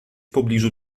pobliżu